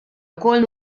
ukoll